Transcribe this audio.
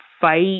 fight